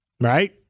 right